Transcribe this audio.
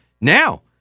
now